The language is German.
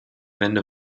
wende